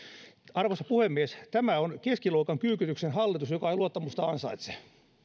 arvoisa puhemies tämä on keskiluokan kyykytyksen hallitus joka ei luottamusta ansaitse